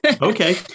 Okay